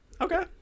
Okay